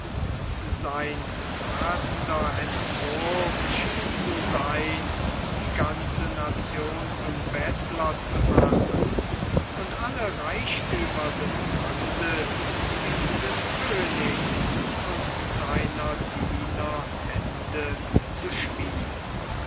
sein rasender entwurf schien zu sein die ganze nation zum bettler zu machen und alle reichthümer des landes in des königs und seiner diener hände zu spielen